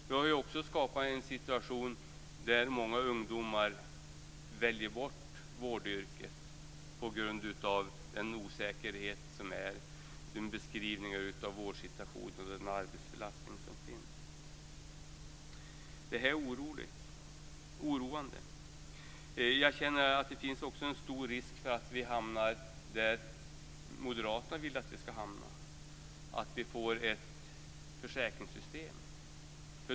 Vi har ju också skapat en situation där många ungdomar väljer bort vårdyrket på grund av den osäkerhet som råder, de beskrivningar av vårdsituationen som ges och den arbetsbelastning som finns. Detta är oroande. Det finns också en stor risk för att vi hamnar där Moderaterna vill att vi skall hamna och får ett försäkringssystem.